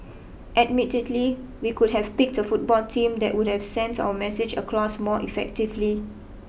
admittedly we could have picked a football team that would have sent our message across more effectively